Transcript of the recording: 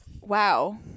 Wow